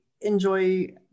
enjoy